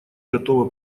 готова